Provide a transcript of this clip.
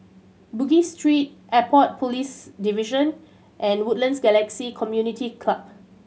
Bugis Street Airport Police Division and Woodlands Galaxy Community Club